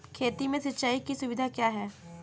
खेती में सिंचाई की सुविधा क्या है?